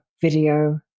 video